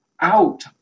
out